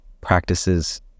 practices